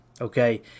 okay